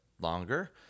longer